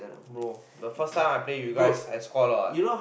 bro the first time I played with you guys I scored a lot what